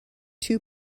two